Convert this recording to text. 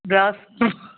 ଦଶ